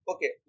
Okay